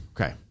okay